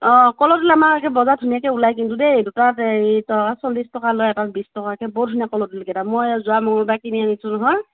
অ ক'লৰ ডিল আমাৰ সেই বজাৰত ধুনীয়াকৈ ওলায় কিন্তু দেই দুটাত হেৰি টকা চল্লিছ টকা লয় এটাত বিশ টকাকৈ বৰ ধুনীয়া ক'লৰ ডিলকেইটা মই যোৱা মংগলবাৰে কিনি আনিছোঁ নহয়